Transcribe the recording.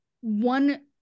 one